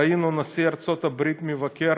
ראינו את נשיא ארצות הברית מבקר